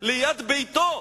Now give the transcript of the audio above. ליד ביתו,